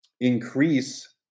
increase